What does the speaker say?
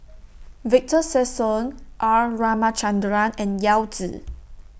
Victor Sassoon R Ramachandran and Yao Zi